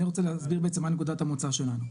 אני רוצה להסביר בעצם מה נקודת המוצא שלנו.